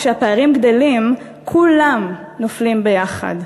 כשהפערים גדלים כולם נופלים יחד,